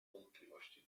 wątpliwości